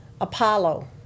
Apollo